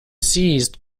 seized